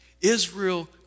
Israel